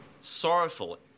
sorrowful